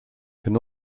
can